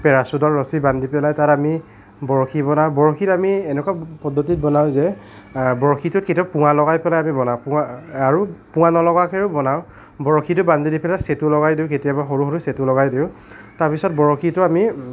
পেৰাচুটৰ ৰছি বান্ধি পেলাই তাৰ আমি বৰশী বনাওঁ বৰশীৰ আমি এনেকুৱা পদ্ধতিত বনাওঁ যে বৰশীটোত এটা পোঙা লগাই পেলাই আমি বনাওঁ আৰু পোঙা নলগোৱাকৈও বনাওঁ বৰশীটো বান্ধি দি পেলাই চেটু লগাই দিওঁ কেতিয়াবা সৰু সৰু চেটু লগাই দিওঁ তাৰপিছত বৰশীটো আমি